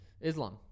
Islam